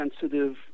sensitive